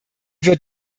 wird